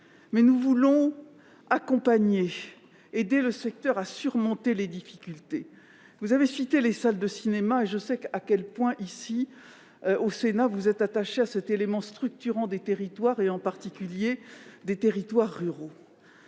mais nous voulons accompagner, aider le secteur à surmonter les difficultés. Vous avez cité les salles de cinéma. Je sais à quel point, au Sénat, vous êtes attachés à cet élément structurant des territoires, en particulier ruraux.